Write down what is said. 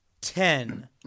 Ten